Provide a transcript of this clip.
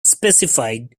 specified